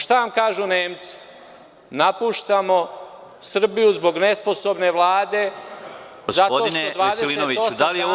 Šta vam kažu Nemci – napuštamo Srbiju zbog nesposobne Vlade zato što 28 dana